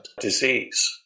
disease